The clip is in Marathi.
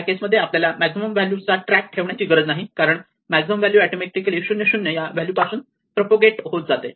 या केस मध्ये आपल्याला मॅक्झिमम व्हॅल्यू चा ट्रॅक् ठेवण्याची गरज नाही कारण मॅक्झिमम व्हॅल्यू ऑटोमॅटिकली 0 0 व्हॅल्यू या पासून प्रपोगेट होत जाते